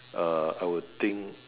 uh I would think